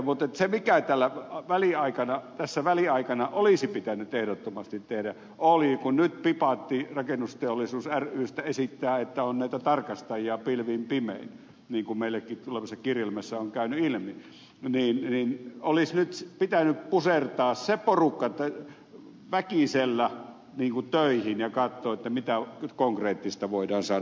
mutta se mikä tässä väliaikana olisi pitänyt ehdottomasti tehdä on että kun nyt pipatti rakennusteollisuus rystä esittää että on näitä tarkastajia pilvin pimein niin kuin meillekin tulleessa kirjelmässä on käynyt ilmi olisi nyt pitänyt pusertaa se porukka väkisin töihin ja katsoa mitä konkreettista voidaan saada aikaiseksi